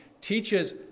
teaches